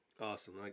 Awesome